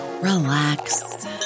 relax